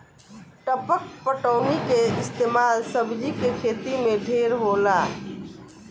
टपक पटौनी के इस्तमाल सब्जी के खेती मे ढेर होला